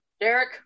Derek